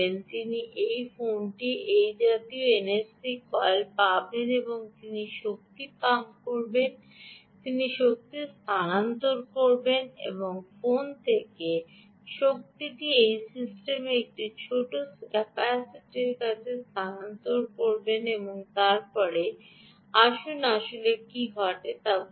তিনি এই ফোনটি এই জাতীয় এনএফসি কয়েল পাবেন এবং তিনি শক্তি পাম্প করবেন তিনি শক্তি স্থানান্তর করবেন এই ফোন থেকে শক্তিটি এই সিস্টেমে একটি ছোট ক্যাপাসিটরের কাছে স্থানান্তর করবে এবং তারপরে আসুন আসলে কী ঘটে তা বলি